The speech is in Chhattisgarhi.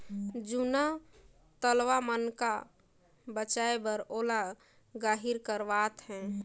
जूना तलवा मन का बचाए बर ओला गहिर करवात है